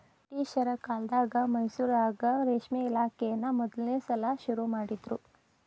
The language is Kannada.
ಬ್ರಿಟಿಷರ ಕಾಲ್ದಗ ಮೈಸೂರಾಗ ರೇಷ್ಮೆ ಇಲಾಖೆನಾ ಮೊದಲ್ನೇ ಸಲಾ ಶುರು ಮಾಡಿದ್ರು